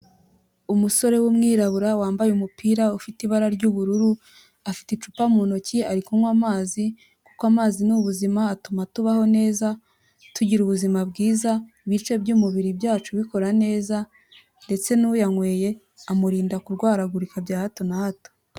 Umusore w'umwirabura wambaye umupira ufite ibara ry'ubururu, afite icupa mu ntoki ari kunywa amazi kuko amazi ni ubuzima, atuma tubaho neza, tugira ubuzima bwiza, ibice by'umubiri byacu bikora neza, ndetse n'uyanyweye amurinda kurwaragurika bya hato na hato.